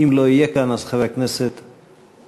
ואם לא יהיה כאן, אז חבר הכנסת אזולאי.